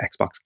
Xbox